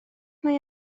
mae